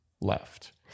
left